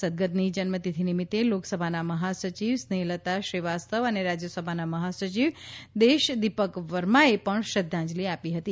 સદ્દગતની જન્મતિથિ નિમિત્તે લોકસભાના મહાસચિવ સ્નેહલતા શ્રીવાસ્તવ અને રાજ્યસભાના મહાસચિવ દેશ દીપક વર્માએ પણ શ્રદ્ધાંજલી આપી હતી